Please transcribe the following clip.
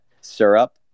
syrup